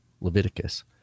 Leviticus